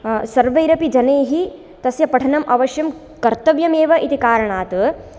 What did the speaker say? सर्वैरपि जनैः तस्य पठनम् अवश्यं कर्तव्यमेव इति कारणात्